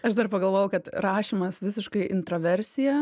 aš dar pagalvojau kad rašymas visiškai intraversija